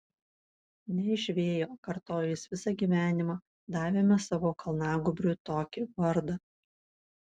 ne iš vėjo kartojo jis visą gyvenimą davėme savo kalnagūbriui tokį vardą